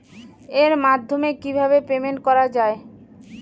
এর মাধ্যমে কিভাবে পেমেন্ট করা য়ায়?